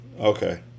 Okay